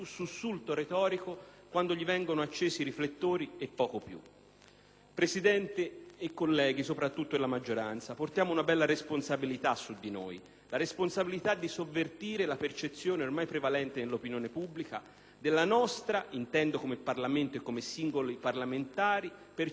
quando gli vengono accesi i riflettori e poco più. Presidente e colleghi, soprattutto della maggioranza, portiamo una bella responsabilità su di noi: la responsabilità di contrastare la percezione ormai prevalente nell'opinione pubblica della nostra (intendo come Parlamento e come singoli parlamentari) inutilità.